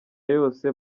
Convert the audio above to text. yose